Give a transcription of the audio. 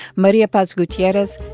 maria paz gutierrez,